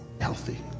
healthy